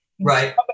Right